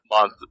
month